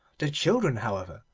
the children, however,